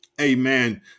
amen